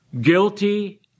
Guilty